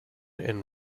and